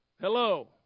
Hello